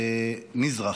זה מישרקי